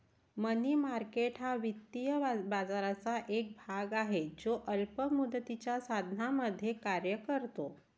मनी market हा वित्तीय बाजाराचा एक भाग आहे जो अल्प मुदतीच्या साधनांमध्ये कार्य करतो